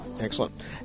Excellent